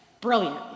Brilliant